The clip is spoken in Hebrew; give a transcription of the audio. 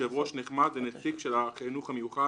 יושב-ראש נחמ"ד ונציג של החינוך המיוחד